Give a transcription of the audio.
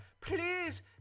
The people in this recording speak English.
please